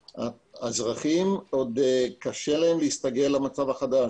האזרחים קשה להם להסתגל למצב החדש.